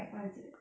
what is it